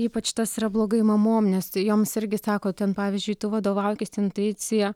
ypač tas yra blogai mamom nes joms irgi sako ten pavyzdžiui tu vadovaukis intuicija